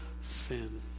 sin